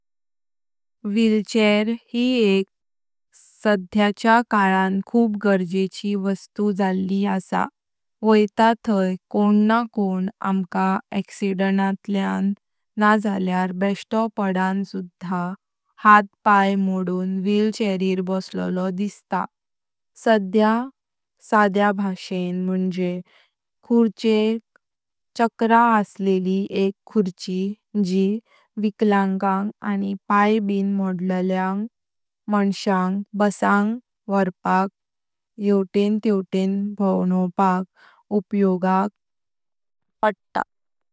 व्हीलचेयर यी एक सध्याच्या काळान खूप गरजेची वस्तू जाल्ली आसा। व्होईता थई कों ना कों आमका अॅक्सिडेंटान नां जल्याऱ्या बेचतो पडान सुधा हाथ पाय मोडून व्हीलचेयरिर बसलोलो दिसता। सध्य भाशेन मण्जे खुर्चेक चक्र असलिलि एक खुर्ची जी विकलांगांग आणि पाय बिन मोडल्या ल्य माणसयांग बसान वोरपाक येवतेन् तेवतेन् भोवनोवपाक उपयोगक पडता।